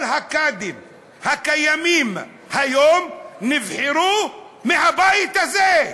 כל הקאדים הקיימים היום נבחרו מהבית הזה.